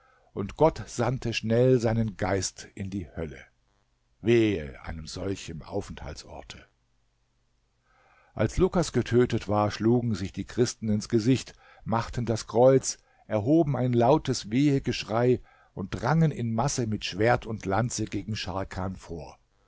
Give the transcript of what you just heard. und gott sandte schnell seinen geist in die hölle wehe einem solchen aufenthaltsorte als lukas getötet war schlugen sich die christen ins gesicht machten das kreuz erhoben ein lautes wehegeschrei und drangen in masse mit schwert und lanze gegen scharkan vor